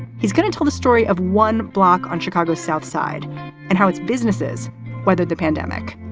he's going to tell the story of one block on chicago's south side and how its businesses weathered the pandemic.